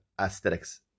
aesthetics